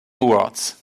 awards